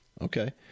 Okay